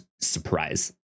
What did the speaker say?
surprise